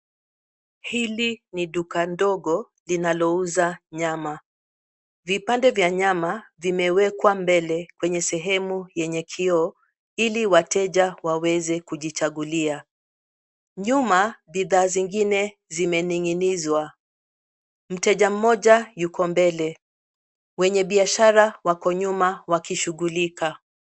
Hili ni duka ndogo linalouza nyama. Vipande vya nyama vimewekwa mbele kwenye sehemu yenye kioo ili wateja waweze kujichagulia. Nyuma, bidhaa zingine zimening'inizwa. Mteja mmoja yuko mbele. Wenye biashara wako nyuma wakishughulika.